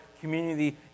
community